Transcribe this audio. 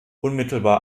unmittelbar